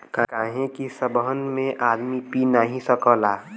काहे कि सबहन में आदमी पी नाही सकला